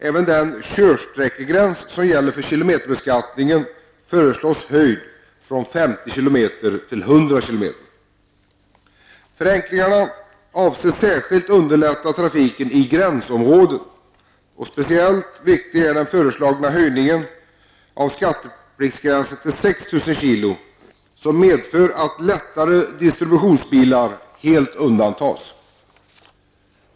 Även beträffande den körsträckegräns som gäller för kilometerbeskattningen föreslås en höjning, från 50 Avsikten med förenklingarna är särskilt att underlätta trafiken i gränsområden. Speciellt viktig är den föreslagna höjningen av skattepliktsgränsen till 6 000 kg, något som skulle medföra att lättare distributionsbilar helt kunde undantas.